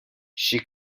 she